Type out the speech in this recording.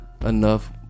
enough